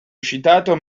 citato